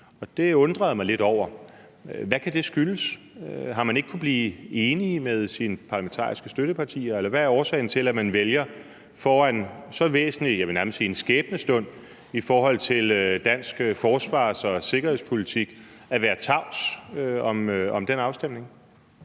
det undrede jeg mig lidt over. Hvad kan det skyldes? Har man ikke kunnet blive enige med sine parlamentariske støttepartier? Hvad er årsagen til, at man vælger foran så væsentlig en, jeg vil nærmest sige skæbnestund i forhold til dansk forsvars- og sikkerhedspolitik at være tavs om den afstemning?